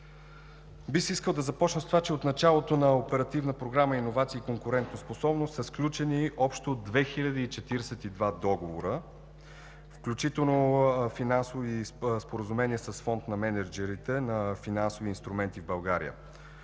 Бих искал да започна с това, че от началото на Оперативна програма „Иновации и конкурентоспособност“ са сключени общо 2 хил. 42 договора, включително финансови споразумения с Фонд на мениджърите на финансови инструменти в България.